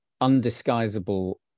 undisguisable